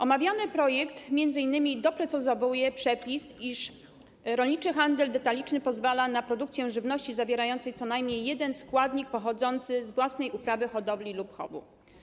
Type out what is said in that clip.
Omawiany projekt m.in. doprecyzowuje przepis, iż rolniczy handel detaliczny pozwala na produkcję żywności zawierającej co najmniej jeden składnik pochodzący z własnej uprawy, hodowli lub chowu.